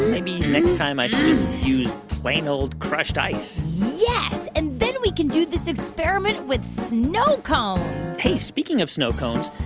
maybe next time i should just use plain old crushed ice yes, and then we can do this experiment with snow cones hey, speaking of snow cones,